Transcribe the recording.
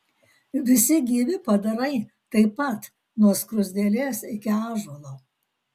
visi gyvi padarai taip pat nuo skruzdėlės iki ąžuolo